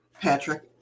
Patrick